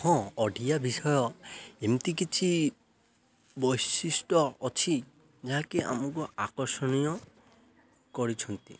ହଁ ଓଡ଼ିଆ ବିଷୟ ଏମିତି କିଛି ବୈଶିଷ୍ଟ୍ୟ ଅଛି ଯାହାକି ଆମକୁ ଆକର୍ଷଣୀୟ କରିଛନ୍ତି